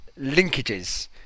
linkages